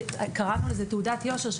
קראנו לזה תעודת יושר,